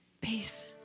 peace